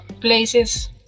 places